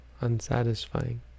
unsatisfying